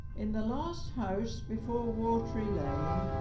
in the last house before watery lane,